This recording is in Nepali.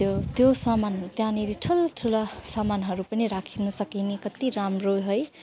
त्यो त्यो सामान त्यहाँनिर ठुल्ठुला सामानहरू पनि राख्नसकिने कत्ति राम्रो है